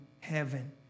heaven